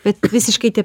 bet visiškai tie